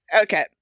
Okay